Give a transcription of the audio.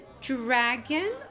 dragon